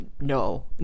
no